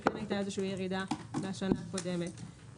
יש ירידה מהשנה הקודמת.